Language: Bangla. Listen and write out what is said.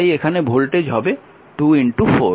তাই এখানে ভোল্টেজ হবে 2 4